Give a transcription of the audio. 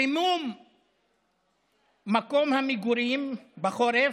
חימום מקום המגורים בחורף,